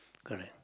correct